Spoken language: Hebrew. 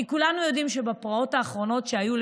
כולנו יודעים שבפרעות האחרונות שהיו,